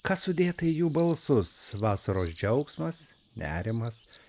kas sudėta į jų balsus vasaros džiaugsmas nerimas